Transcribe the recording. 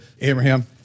Abraham